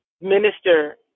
minister